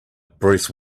bruce